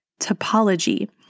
topology